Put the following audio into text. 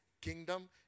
kingdom